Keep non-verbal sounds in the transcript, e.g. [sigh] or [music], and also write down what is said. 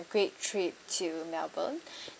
great trip to melbourne [breath]